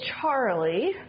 Charlie